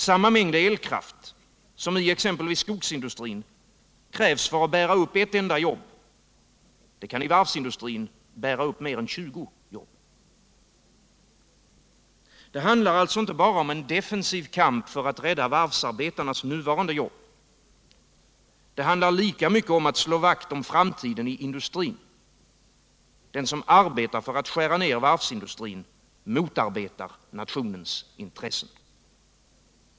Samma mängd elkraft som i exempelvis skogsindustrin krävs för att bära upp ett enda jobb, bär i varvsindustrin upp mer än 20 jobb. Det handlar alltså inte bara om en defensiv kamp för att rädda varvsarbetarnas nuvarande jobb. Det handlar lika mycket om att slå vakt om framtiden i industrin. Den som arbetar för att skära ner varvsindustrin motarbetar nationens intressen.